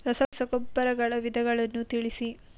ರಸಗೊಬ್ಬರಗಳ ವಿಧಗಳನ್ನು ತಿಳಿಸಿ?